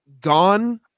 gone